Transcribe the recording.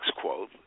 quote